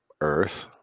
earth